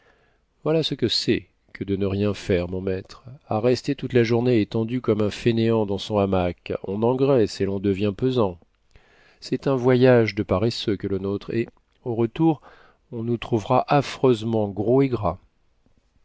voilà ce que c'est que de ne rien faire mon maître a rester toute la journée étendu comme un fainéant dans son hamac on engraisse et l'on devient pesant c'est un voyage de paresseux que le notre et au retour on nous trouvera affreusement gros et gras